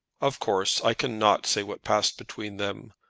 of course i cannot say what passed between them,